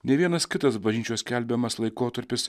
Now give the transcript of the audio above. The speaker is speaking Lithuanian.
nė vienas kitas bažnyčios skelbiamas laikotarpis